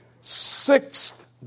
sixth